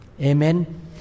amen